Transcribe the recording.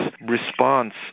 response